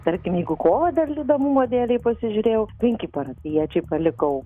tarkim jeigu kovą dar įdomumo dėlei pasižiūrėjau penki parapijiečiai palikau